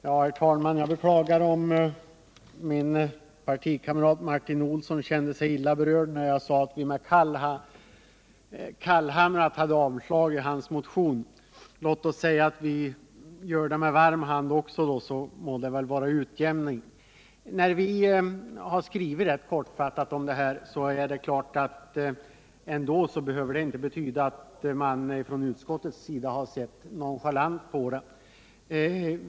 Herr talman! Jag beklagar om min partikamrat Martin Olsson kände sig illa berörd när jag sade att vi kallhamrat hade avstyrkt hans motion. Låt oss säga att vi också gör det med varm hand, så blir det utjämning. Det förhållandet att vi har skrivit rätt kortfattat om den frågan behöver inte betyda att vi i utskottet sett nonchalant på den.